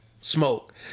smoke